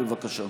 בבקשה.